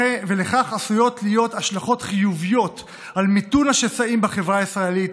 ולכך עשויות להיות השלכות חיוביות על מיתון השסעים בחברה הישראלית,